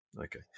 Okay